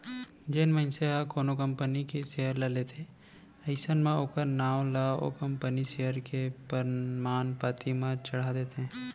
जेन मनसे ह कोनो कंपनी के सेयर ल लेथे अइसन म ओखर नांव ला ओ कंपनी सेयर के परमान पाती म चड़हा देथे